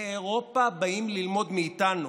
מאירופה באים ללמוד מאיתנו,